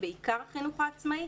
בעיקר החינוך העצמאי,